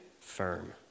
firm